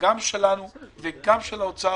ושל האוצר